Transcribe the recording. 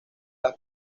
las